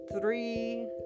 three